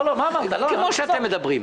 כפי שאתם מדברים.